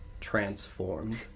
transformed